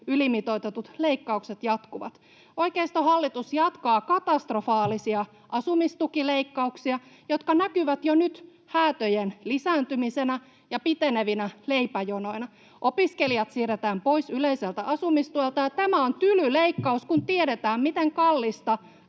ylimitoitetut leikkaukset jatkuvat. Oikeistohallitus jatkaa katastrofaalisia asumistukileikkauksia, jotka näkyvät jo nyt häätöjen lisääntymisenä ja pitenevinä leipäjonoina. Opiskelijat siirretään pois yleiseltä asumistuelta, ja tämä on tyly leikkaus, kun tiedetään, miten kallista